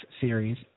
series